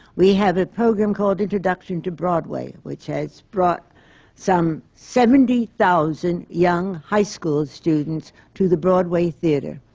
we have a program called introduction to broadway, which has brought some seventy thousand young high school students to the broadway theatre.